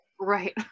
Right